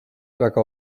väga